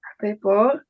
people